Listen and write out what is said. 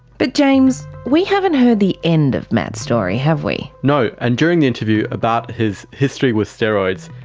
but james, we haven't heard the end of matt's story, have we? no, and during the interview about his history with steroids,